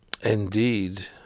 indeed